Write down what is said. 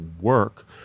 work